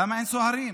למה, אין סוהרים?